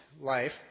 life